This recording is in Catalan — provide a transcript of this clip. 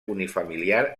unifamiliar